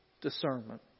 discernment